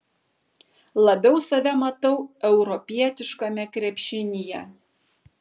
labiau save matau europietiškame krepšinyje